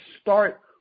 start